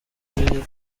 byeruye